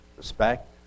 respect